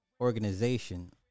organization